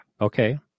Okay